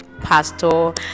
pastor